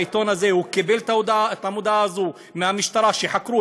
העיתון הזה קיבל את המודעה הזאת מהמשטרה שחקרה?